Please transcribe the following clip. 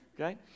okay